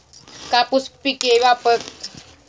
कापूस पिके कापण्यासाठी कोणता ट्रॅक्टर वापरता येईल?